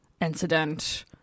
incident